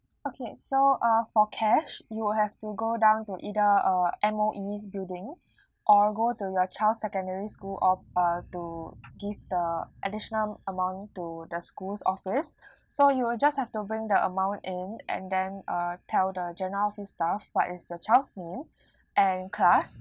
okay so uh for cash you would have to go down to either uh M_O_E's building or go to your child's secondary school or uh to give the additional amount to the school's office so you will just have to bring the amount in and then uh tell the general office staff what is the child's name and class